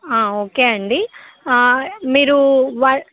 okay అండి మీరు వా